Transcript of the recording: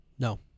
No